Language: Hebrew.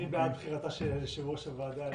מי בעד בחירתה של יעל כיושבת-ראש הוועדה?